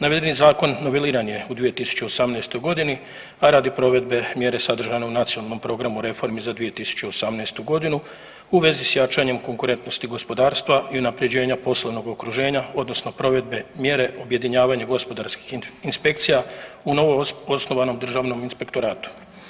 Navedeni zakon noveliran je u 2018.g., a radi provedbe mjere sadržane u Nacionalnim programi reformi za 2018.g. u vezi s jačanjem konkurentnosti gospodarstva i unapređenja poslovnog okruženja odnosno provedbe mjere objedinjavanje gospodarskih inspekcija u novoosnovanom Državnom inspektoratu.